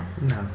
No